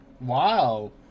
Wow